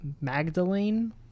Magdalene